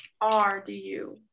R-D-U